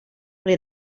ple